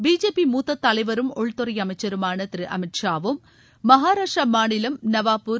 BJP மூத்த தலைவரும் உள்துறை அமைச்சருமான திருஅமித் ஷாவும் மகாராஷ்ட்ர மாநிலம் நவாப்பூர்